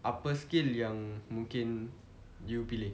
apa skill yang mungkin you pilih